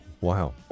wow